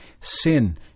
sin